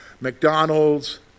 McDonald's